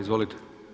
Izvolite.